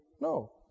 No